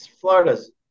Florida's